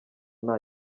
nta